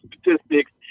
statistics